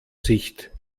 sicht